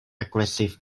aggressive